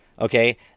Okay